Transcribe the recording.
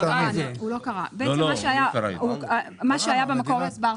בעצם מה שהיה במקור הסברת,